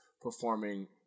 performing